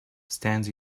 stands